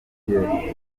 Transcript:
bwahise